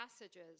passages